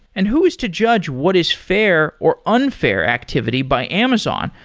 and who is to judge what is fair or unfair activity by amazon,